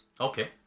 Okay